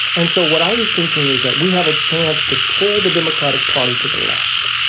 and so what i was thinking was that we have a chance to pull the democratic party to the left.